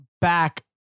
back